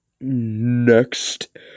Next